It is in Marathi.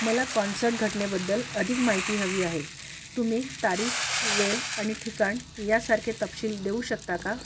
मला कॉन्सर्ट घटनेबद्दल अधिक माहिती हवी आहे तुम्ही तारीख वेळ आणि ठिकाण यासारखे तपशील देऊ शकता का